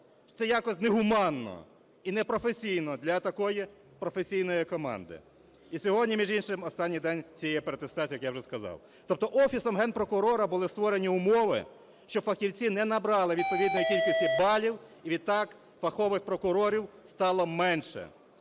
Це якось негуманно і непрофесійно для такої професійної команди. І сьогодні, між іншим, останній день цієї переатестації, як я вже сказав. Тобто Офісом Генпрокурора були створені умови, що фахівці не набрали відповідної кількості балів, і відтак фахових прокурорів стало менше.